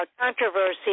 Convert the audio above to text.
controversy